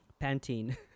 Pantene